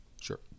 Sure